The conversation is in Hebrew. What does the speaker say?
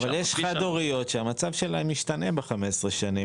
אבל יש חד הוריות שהמצב שלהן משתנה ב-15 שנים,